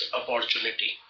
opportunity।